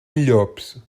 llops